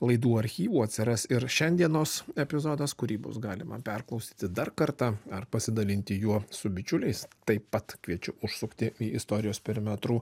laidų archyvų atsiras ir šiandienos epizodas kurį bus galima perklausyti dar kartą ar pasidalinti juo su bičiuliais taip pat kviečiu užsukti į istorijos perimetrų